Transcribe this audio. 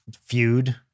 Feud